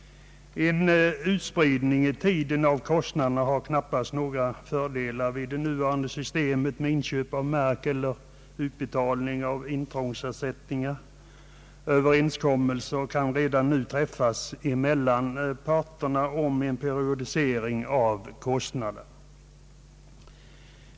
En utspridning i tiden av kostnaderna har knappast några fördelar med nu rådande system för inköp av mark eller utbetalning av intrångsersättningar. Överenskommelse kan redan nu träffas mellan parterna om en periodisering av kostnaden.